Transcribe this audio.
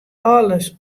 alles